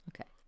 Okay